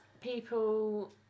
people